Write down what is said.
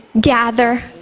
gather